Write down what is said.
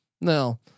no